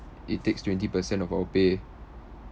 it takes twenty percent of our pay